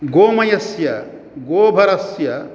गोमयस्य गोभरस्य